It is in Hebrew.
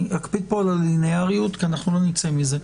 אני אקפיד פה על הלינאריות, כי אנחנו לא נצא מזה.